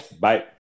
Bye